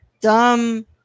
dumb